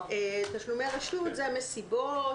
תשלומי רשות זה מסיבות.